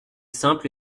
simple